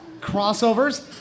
crossovers